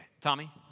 Tommy